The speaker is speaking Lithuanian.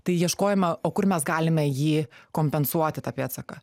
tai ieškojime o kur mes galime jį kompensuoti tą pėdsaką